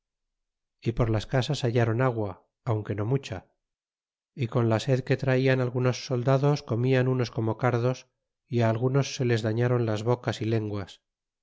y por las casas hallaron agua aunque no mucha y con la sed que traian algunos soldados comian unos como cardos y ti algunos se les dañaron las bocas y lenguas